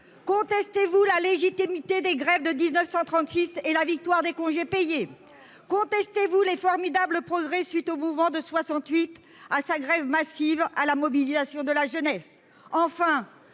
contestez-vous la légitimité des grèves de 1936 et la victoire des congés payés contestez-vous les formidables progrès suite au mouvement de 68 à sa grève massive à la mobilisation de la jeunesse.